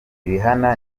rihanna